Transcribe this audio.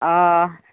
অ